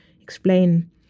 explain